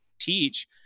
teach